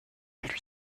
lui